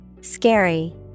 Scary